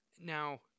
Now